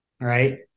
right